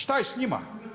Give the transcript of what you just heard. Što je s njima?